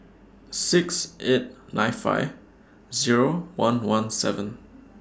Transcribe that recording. six eight nine five Zero one one seven